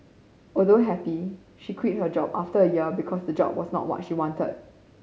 although happy she quit a job after a year because the job was not what she wanted